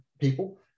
people